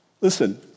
Listen